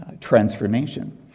transformation